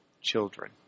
children